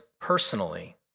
personally